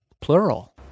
Plural